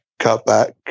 cutback